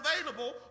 available